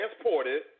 transported